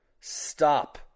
Stop